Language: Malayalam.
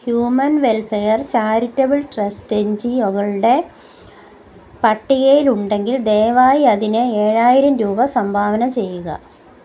human welfare charitable trust N G O കളുടെ പട്ടികയിൽ ഉണ്ടെങ്കിൽ ദയവായി അതിന് ഏഴായിരം രൂപ സംഭാവന ചെയ്യുക